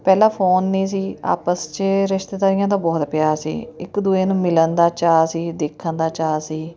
ਪਹਿਲਾਂ ਫੋਨ ਨਹੀਂ ਸੀ ਆਪਸ 'ਚ ਰਿਸ਼ਤੇਦਾਰੀਆਂ ਦਾ ਬਹੁਤ ਪਿਆਰ ਸੀ ਇੱਕ ਦੂਜੇ ਨੂੰ ਮਿਲਣ ਦਾ ਚਾਅ ਸੀ ਦੇਖਣ ਦਾ ਚਾਅ ਸੀ